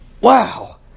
Wow